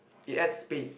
it adds space